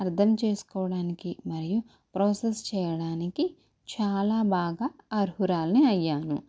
అర్థం చేసుకోవడానికి మరియు ప్రాసెస్ చేయడానికి చాలా బాగా అర్హురాలిని అయ్యాను